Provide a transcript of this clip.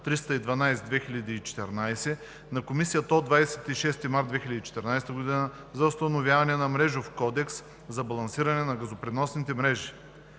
312/2014 на Комисията от 26 март 2014 г. за установяване на Мрежов кодекс за балансиране на газопреносните мрежи